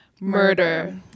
Murder